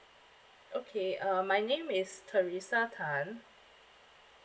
okay uh my name is teresa tan